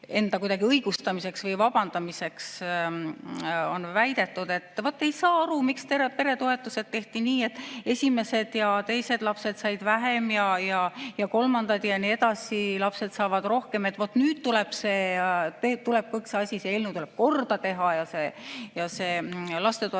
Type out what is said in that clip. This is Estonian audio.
enne enda õigustamiseks või vabandamiseks väidetud, et vaat ei saa aru, miks peretoetused tehti nii, et esimesed ja teised lapsed said vähem ja kolmandad ja nii edasi lapsed said rohkem, ja nüüd tuleb kõik see asi, see eelnõu korda teha, see lastetoetuse